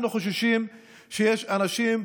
אנחנו חוששים שיש אנשים,